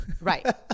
right